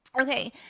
Okay